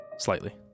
Slightly